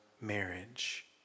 marriage